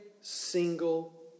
single